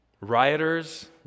rioters